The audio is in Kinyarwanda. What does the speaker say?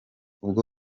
ubwo